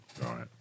right